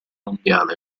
mondiale